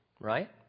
right